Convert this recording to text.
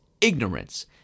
ignorance